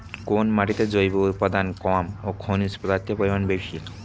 কোন মাটিতে জৈব উপাদান কম ও খনিজ পদার্থের পরিমাণ বেশি?